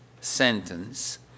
sentence